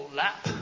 lap